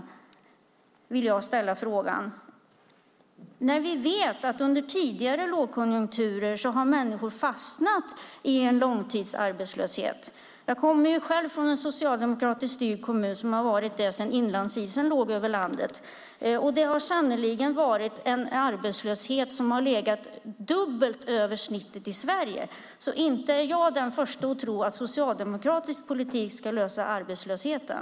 Den frågan vill jag ställa. Vi vet att människor under tidigare lågkonjunkturer har fastnat i en långtidsarbetslöshet. Jag kommer själv från en socialdemokratiskt styrd kommun - den har varit det sedan inlandsisen låg över landet - och det har sannerligen varit en arbetslöshet som har legat dubbelt över snittet i Sverige. Så jag är inte den första att tro att socialdemokratisk politik ska lösa problemet med arbetslösheten.